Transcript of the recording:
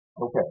Okay